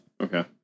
Okay